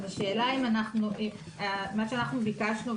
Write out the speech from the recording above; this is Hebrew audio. אז השאלה לגבי מה שאנחנו ביקשנו,